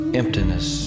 emptiness